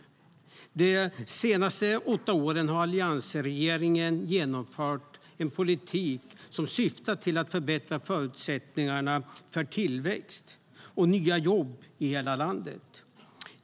De senaste åtta åren har alliansregeringen genomfört en politik som syftat till att förbättra förutsättningarna för tillväxt och nya jobb i hela landet.